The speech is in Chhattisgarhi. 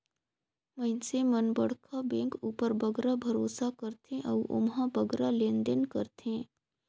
मइनसे मन बड़खा बेंक उपर बगरा भरोसा करथे अउ ओम्हां बगरा लेन देन करथें